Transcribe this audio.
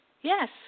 Yes